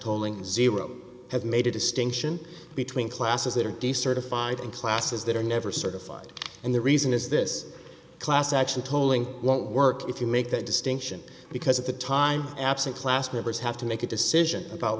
tolling zero have made a distinction between classes that are decertified in classes that are never certified and the reason is this class action tolling won't work if you make that distinction because at the time absent class members have to make a decision about